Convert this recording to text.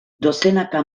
dozenaka